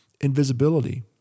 Invisibility